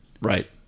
Right